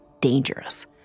dangerous